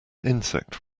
insect